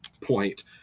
point